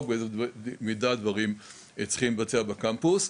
ובאיזו מידה הדברים צריכים להתבצע בקמפוס.